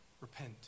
repent